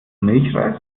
milchreis